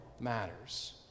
matters